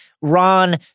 Ron